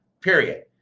period